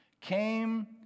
came